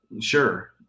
Sure